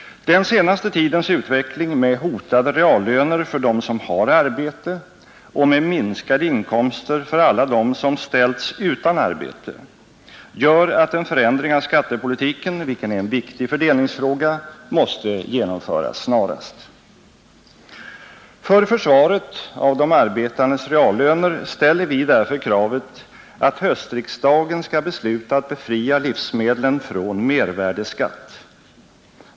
Den senaste tidens utveckling med hotade reallöner för dem som har arbete och med minskade inkomster för alla dem som ställs utan arbete gör att en förändring av skattepolitiken, vilket är en viktig fördelningsfråga, måste genomföras snarast. För försvaret av de arbetandes reallöner ställer vi därför kravet att höstriksdagen skall besluta att befria livsmedlen från mervärdeskatt.